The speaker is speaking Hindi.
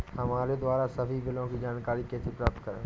हमारे द्वारा सभी बिलों की जानकारी कैसे प्राप्त करें?